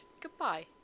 goodbye